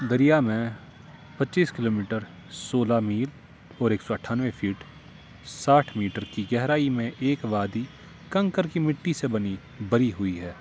دریا میں پچیس کلو میٹر سولہ میل اور ایک سو اٹھانوے فٹ ساٹھ میٹر کی گہرائی میں ایک وادی کنکر کی مٹی سے بنی بری ہوئی ہے